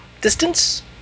distance